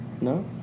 No